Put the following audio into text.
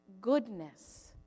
goodness